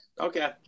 okay